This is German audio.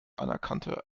anerkannter